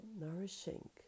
nourishing